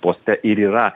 poste ir yra